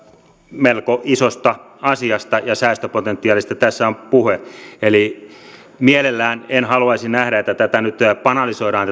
melko isosta asiasta ja säästöpotentiaalista tässä on puhe mielellään en haluaisi nähdä että tätä keskustelua nyt banalisoidaan